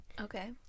Okay